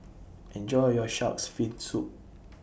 Enjoy your Shark's Fin Soup